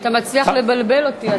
אתה מצליח לבלבל אותי.